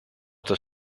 das